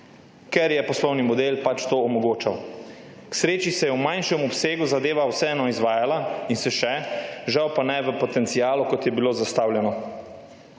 ker je poslovni model pač to omogočal. K sreči se je v manjšem obsegu zadeva vseeno izvajala in se še, žal pa ne v potencialu, kot je bilo zastavljeno.